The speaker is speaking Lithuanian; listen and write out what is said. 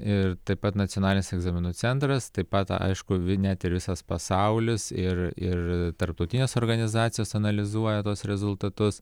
ir taip pat nacionalinis egzaminų centras taip pat aišku net ir visas pasaulis ir ir tarptautinės organizacijos analizuoja tuos rezultatus